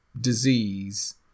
disease